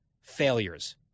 failures